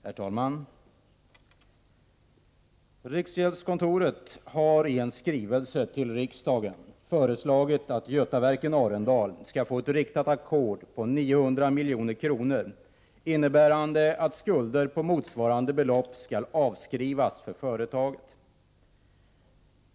Herr talman! Riksgäldskontoret har i en skrivelse till riksdagen föreslagit att Götaverken Arendal skall få ett riktat ackord på 900 milj.kr., innebärande att skulder på motsvarande belopp skall avskrivas för företaget.